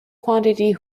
quantity